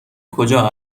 کجا